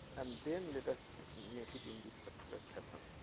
and then, let us make it in this particular fashion.